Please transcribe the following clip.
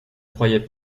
croyait